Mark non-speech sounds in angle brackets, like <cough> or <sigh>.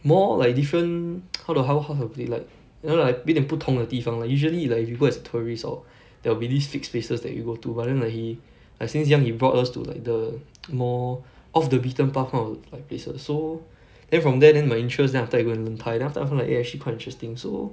more like different <noise> how to how how to be like you know like 有一点不同的地方 like usually like if you go as a tourist hor there will be this fixed places that you go to but then like he like since young he brought us to like the more off the beaten path kind of like places so then from there then my interest then after I go and learn thai then after I find that eh actually quite interesting so